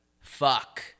fuck